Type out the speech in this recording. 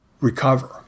recover